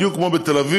בדיוק כמו בתל-אביב,